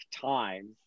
time